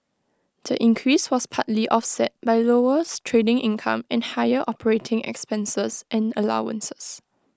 the increase was partly offset by lower trading income and higher operating expenses and allowances